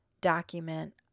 document